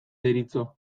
deritzo